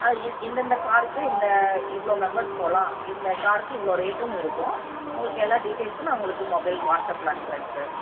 இந்தந்த காருக்கு இந்த இவ்வளோ மெம்பர்ஸ் போகலாம் இந்த காருக்கு இவ்வளோ ரேட்டுனு இருக்கும் உங்களுக்கு எல்லாம் டீடைல்சும் உங்களுக்கு மொபைல் வாட்ஸ்அப்பில் அனுப்புகிறேங்க சார்